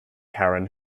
karen